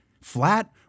flat